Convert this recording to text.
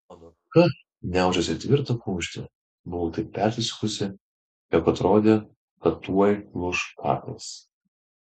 mano ranka gniaužėsi į tvirtą kumštį buvau taip persisukusi jog atrodė kad tuoj lūš kaklas